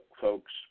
Folks